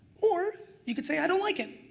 or you could say i don't like it.